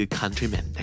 countrymen